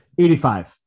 85